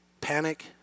panic